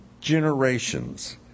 generations